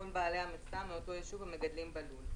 בעלי המכסה מאותו יישוב המגדלים בלול,